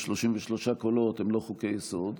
ב-33 קולות הם לא חוקי-יסוד.